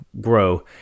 grow